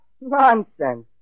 Nonsense